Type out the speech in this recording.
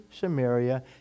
Samaria